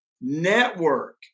Network